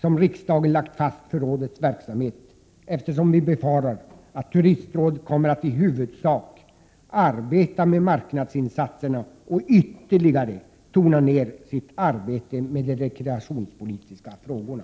som riksdagen lagt fast för rådets verksamhet, eftersom vi befarar att Turistrådet kommer att i huvudsak arbeta med marknadsinsatserna och ytterligare tona ned sitt arbete med de rekreationspolitiska frågorna.